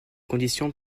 conditions